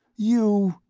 you!